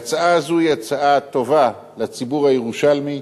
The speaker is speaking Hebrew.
ההצעה הזאת היא הצעה טובה לציבור הירושלמי.